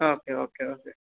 okay okay okay